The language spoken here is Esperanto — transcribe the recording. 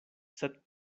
sed